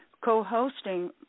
co-hosting